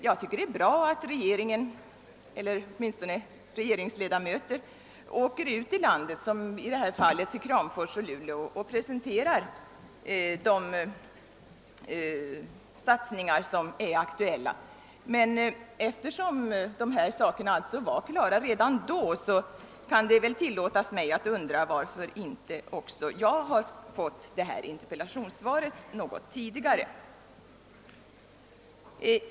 Jag tycker det är bra att regeringsledamöter åker ut i landet — i det här fallet till Kramfors och Luleå — och presenterar de satsningar som är aktuella, men eftersom de här sakerna alltså var klara redan då kan det väl tillåtas mig att undra, varför jag inte har fått interpellationssvaret något tidigare.